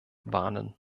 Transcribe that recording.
warnen